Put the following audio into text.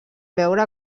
veure